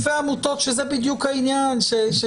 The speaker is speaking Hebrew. יש לכם אלפי עמותות שזה בדיוק העניין,